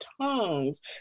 tongues